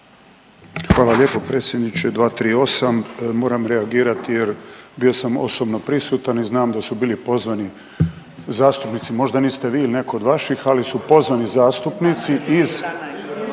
Hvala lijepo predsjedniče. 238., moram reagirati jer bio sam osobno prisutan i znam da su bili pozvani zastupnici, možda niste vi ili neko od vaših, ali su pozvani zastupnici iz,